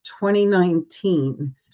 2019